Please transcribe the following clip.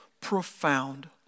profound